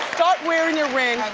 start wearing your ring.